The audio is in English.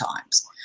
times